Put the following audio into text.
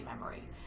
memory